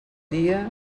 dia